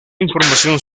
información